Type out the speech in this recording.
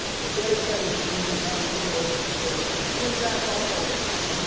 um but get excited for tim grittani's stories specifically. and then jack also, i mean,